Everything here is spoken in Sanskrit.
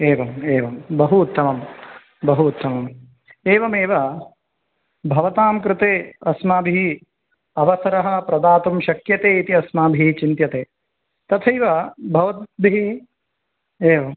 एवम् एवं बहु उत्तमं बहु उत्तमं एवमेव भवतां कृते अस्माभिः अवसरः प्रदातुं शक्यते इति अस्माभिः चिन्त्यते तथैव भवद्भिः एवं